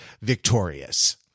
victorious